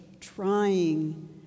trying